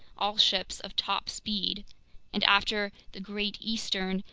all ships of top speed and, after the great eastern,